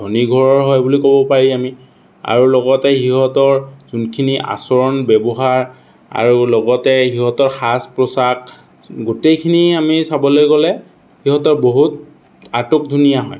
ধনী ঘৰৰ হয় বুলি ক'ব পাৰি আমি আৰু লগতে সিহঁতৰ যোনখিনি আচৰণ ব্যৱহাৰ আৰু লগতে সিহঁতৰ সাজ পোচাক গোটেইখিনি আমি চাবলৈ গ'লে সিহঁতৰ বহুত আটকধুনীয়া হয়